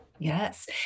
Yes